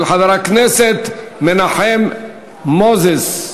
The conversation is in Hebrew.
לדיון מוקדם בוועדת העבודה,